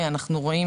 גוריון: